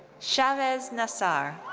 shahwaiz nassar.